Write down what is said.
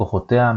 כוחותיה,